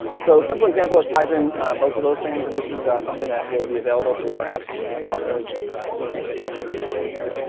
so, a simple example that ties in both of those things, and this is something that will be available to our apps partners soon, if any are in the room here.